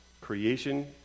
Creation